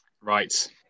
Right